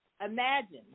imagine